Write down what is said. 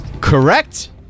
Correct